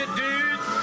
dude